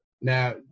Now